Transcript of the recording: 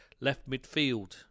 left-midfield